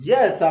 Yes